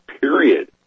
Period